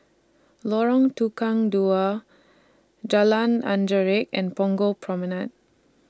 Lorong Tukang Dua Jalan Anggerek and Punggol Promenade